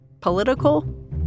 Political